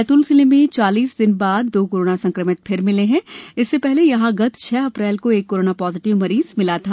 बैतूल जिले में चालीस दिन बाद दो कोरोना संक्रमित फिर मिले हैं इससे पहले यहां गत छह अप्रैल को एक कोरोना पॉजिटिव मरीज मिला था